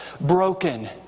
broken